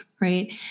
right